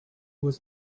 was